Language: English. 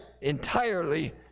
entirely